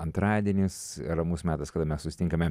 antradienis ramus metas kada mes susitinkame